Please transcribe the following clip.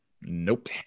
Nope